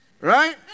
right